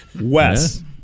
Wes